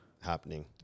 happening